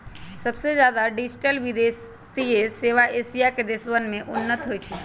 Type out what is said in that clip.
सबसे ज्यादा डिजिटल वित्तीय सेवा एशिया के देशवन में उन्नत होते हई